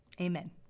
Amen